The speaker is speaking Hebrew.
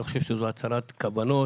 אני חושב שזו הצהרת כוונות,